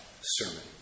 sermon